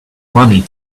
money